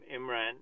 Imran